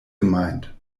gemeint